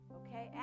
okay